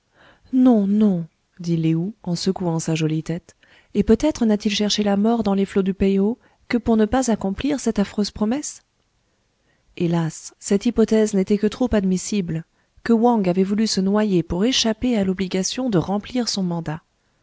non non dit lé ou en secouant sa jolie tête et peut-être n'a-t-il cherché la mort dans les flots du peï ho que pour ne pas accomplir cette affreuse promesse hélas cette hypothèse n'était que trop admissible que wang avait voulu se noyer pour échapper à l'obligation de remplir son mandat